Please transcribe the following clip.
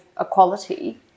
equality